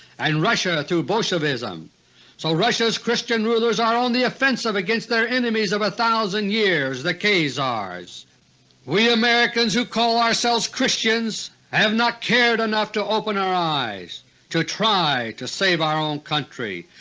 and russia through bolshevism so russia's christian rulers are on the offensive against their enemies of a thousand years, the khazars. we americans who call ourselves christians have not cared enough to open our eyes to try to save our own country,